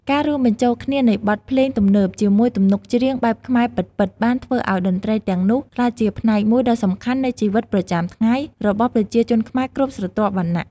ការរួមបញ្ចូលគ្នានៃបទភ្លេងទំនើបជាមួយទំនុកច្រៀងបែបខ្មែរពិតៗបានធ្វើឱ្យតន្ត្រីទាំងនោះក្លាយជាផ្នែកមួយដ៏សំខាន់នៃជីវិតប្រចាំថ្ងៃរបស់ប្រជាជនខ្មែរគ្រប់ស្រទាប់វណ្ណៈ។